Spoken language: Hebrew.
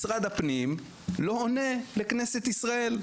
משרד הפנים לא עונה לכנסת ישראל,